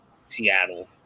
Seattle